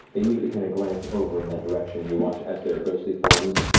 they immediately kind of glance over in that direction and you watch as their ghostly forms